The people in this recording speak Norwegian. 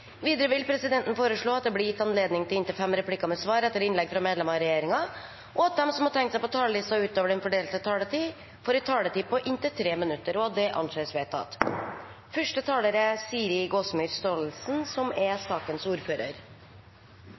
Videre vil presidenten foreslå at det blir gitt anledning til inntil fem replikker med svar etter innlegg fra medlemmer av regjeringen, og at de som måtte tegne seg på talerlisten utover den fordelte taletid, får en taletid på inntil 3 minutter. – Det anses vedtatt. Avhendingsloven er loven som regulerer kjøp og salg av bruktboliger i Norge. En samstemt komité er